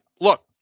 look